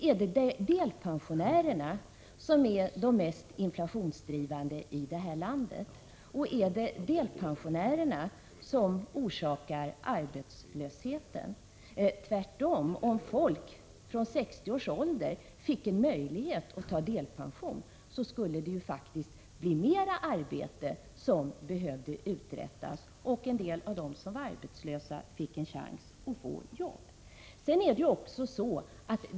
Är det delpensionärerna som är de mest inflationsdrivande i vårt land, och är det delpensionärerna som orsakar arbetslösheten? Tvärtom! Om människor fick en möjlighet att ta ut delpension från 60 års ålder, skulle det faktiskt bli mera arbete som behövde uträttas, och en del av de arbetslösa skulle få en chans till jobb.